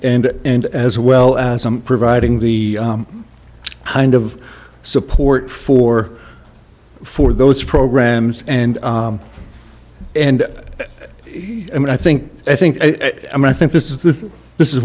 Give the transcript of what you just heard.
and and as well as providing the kind of support for for those programs and and i mean i think i think i mean i think this is this is